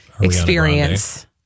experience